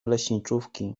leśniczówki